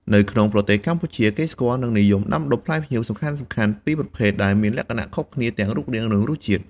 នៅក្នុងប្រទេសកម្ពុជា គេស្គាល់ និងនិយមដាំដុះផ្លែផ្ញៀវសំខាន់ៗពីរប្រភេទ ដែលមានលក្ខណៈខុសគ្នាទាំងរូបរាង និងរសជាតិ។